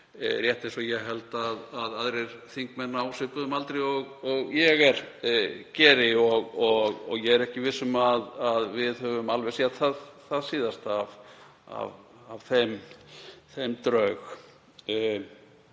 rétt eins og ég held að aðrir þingmenn á svipuðum aldri og ég er geri, og ég er ekki viss um að við höfum alveg séð það síðasta af þeim draug.